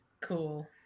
Cool